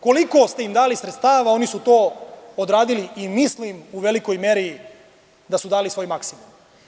Koliko ste im dali sredstava oni su to odradili i mislim u velikoj meri da su dali svoj maksimum.